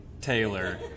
Taylor